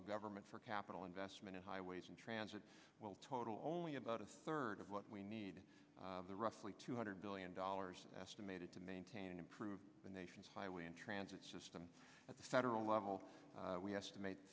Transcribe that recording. of government for capital investment in highways and transit will total only about a third of what we need the roughly two hundred billion dollars estimated to maintain and improve the nation's highway and transit system at the federal level we estimate